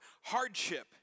hardship